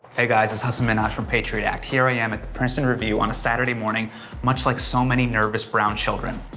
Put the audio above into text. hey guys, it's hasan minhaj from patriot act. here i am at the princeton review on a saturday morning much like so many nervous brown children.